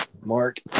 Mark